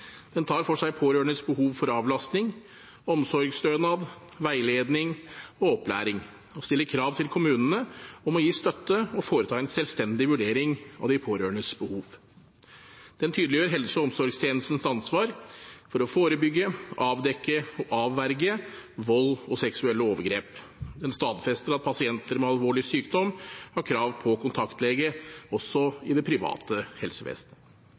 Den tar for seg pårørendes behov for avlastning, omsorgsstønad, veiledning og opplæring – og stiller krav til kommunene om å gi støtte og foreta en selvstendig vurdering av de pårørendes behov. Den tydeliggjør helse- og omsorgstjenestens ansvar for å forebygge, avdekke og avverge vold og seksuelle overgrep. Den stadfester at pasienter med alvorlig sykdom har krav på kontaktlege også i det private helsevesenet.